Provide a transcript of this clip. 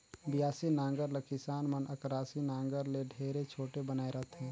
बियासी नांगर ल किसान मन अकरासी नागर ले ढेरे छोटे बनाए रहथे